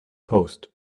post